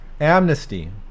amnesty